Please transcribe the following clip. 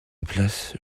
place